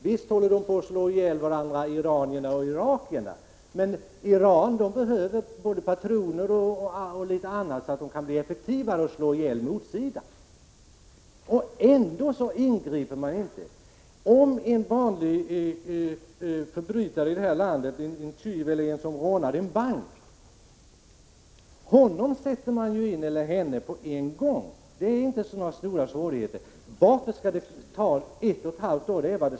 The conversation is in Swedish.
Visst håller irakierna och iranierna på att slå ihjäl varandra, men Iran behöver både patroner och litet annat för att effektivare kunna slå ihjäl motpartern. Ändå ingriper man inte. En vanlig förbrytare i det här landet — en tjuv eller en som rånat en bank — sätts in på en gång. Det är inte några stora svårigheter där. Varför skall det ta ett och ett halvt år i det här fallet?